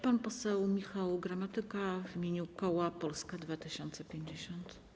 Pan poseł Michał Gramatyka w imieniu koła Polska 2050.